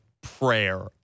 prayer